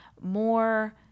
more